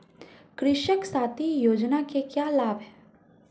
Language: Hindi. कृषक साथी योजना के क्या लाभ हैं?